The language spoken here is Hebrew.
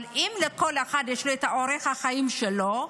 אבל אם לכל אחד יש את אורח החיים שלו,